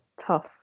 tough